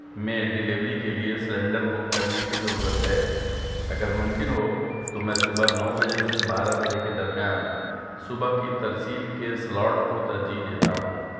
میں ڈیلیوری کے لیے سلنڈر بک کرنے کی ضرورت ہے اگر ممکن ہو تو میں صبح نو بجے سے بارہ بجے کے درمیان صبح کی ترسیل کے سلاٹ کو ترجیح دیتا ہوں